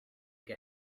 here